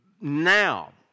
now